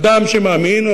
אדם שמאמין,